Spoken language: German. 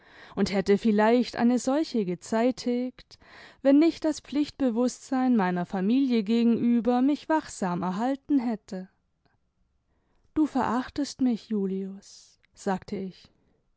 und hätte vielleicht eme solche gezeitigt wenn nicht das pflichtbewußtsein meiner familie gegenüber mich wachsam erhalten hätte du verachtest mich julius sagte ich